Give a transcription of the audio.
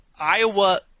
Iowa